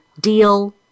deal